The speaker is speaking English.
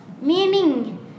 meaning